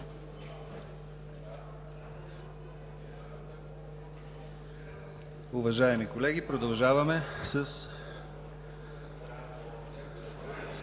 Уважаеми колеги, продължаваме със